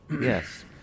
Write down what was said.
Yes